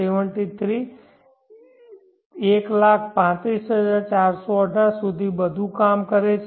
73 135418 સુધી બધું કામ કરે છે